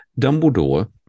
Dumbledore